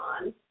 on